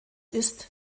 ist